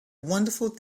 wonderful